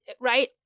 right